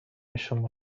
شما